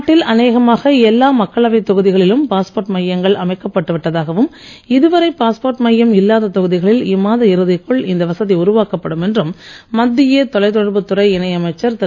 நாட்டில் அநோகமாக எல்லா மக்களவை தொகுதிகளிலும் பாஸ்போர்ட் மையங்கள் அமைக்கப்பட்டு விட்டதாகவும் இதுவரை பாஸ்போர்ட் மையம் இல்லாத தொகுதிகளில் இம்மாத இறுதிக்குள் இந்த வசதி உருவாக்கப்படும் என்றும் மத்திய தொலைதொடர்புத் துறை இணை அமைச்சர் திரு